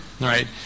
right